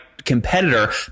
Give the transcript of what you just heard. Competitor